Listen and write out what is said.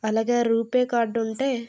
అలాగే రూపే కార్డు ఉంటే